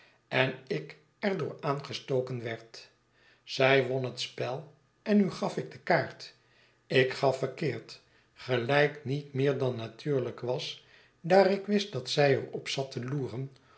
en ik er door aangestoken werd zij won het spel en nu gaf ik de kaart ik gaf verkeerd gelijk niet meer dan natuurlijk was daar ik wist dat zij er op zat te loeren